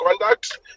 conduct